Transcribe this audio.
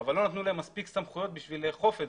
אבל לא נתנו להם מספיק סמכויות כדי לאכוף אותו.